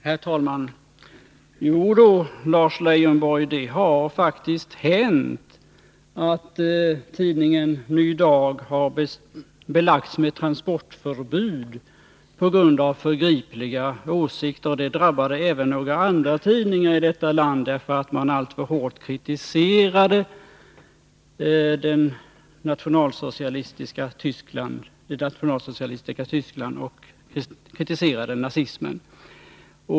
Herr talman! Jodå, Lars Leijonborg, det har faktiskt hänt att tidningen Ny Dag har belagts med transportförbud på grund av förgripliga åsikter. Det drabbade även några andra tidningar i detta land. De hade alltför hårt kritiserat det nationalsocialistiska Tyskland och nazismen.